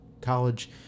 college